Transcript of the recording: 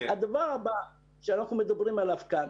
הדבר הבא עליו אנחנו מדברים כאן,